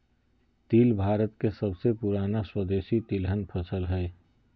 तिल भारत के सबसे पुराना स्वदेशी तिलहन फसल हइ